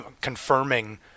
confirming